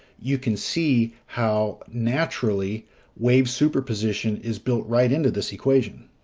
you can see how naturally wave superposition is built right into this equation.